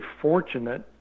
fortunate